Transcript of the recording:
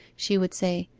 she would say,